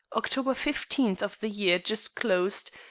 october fifteenth of the year just closed,